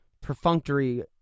perfunctory